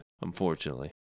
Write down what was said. unfortunately